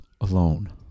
alone